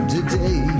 Today